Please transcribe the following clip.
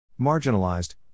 Marginalized